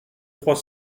trois